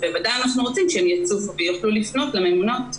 בוודאי אנחנו רוצים שהם יצופו ויוכלו לפנות לממונות.